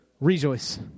Rejoice